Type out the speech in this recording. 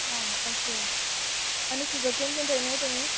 आ okay आनी sugarcane bean रोयनाय तुमी